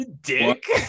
dick